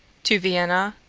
to vienna.